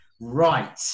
Right